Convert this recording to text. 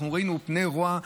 אנחנו רואים את פני הרוע,